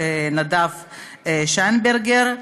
נדב שיינברגר,